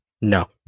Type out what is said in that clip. No